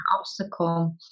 obstacle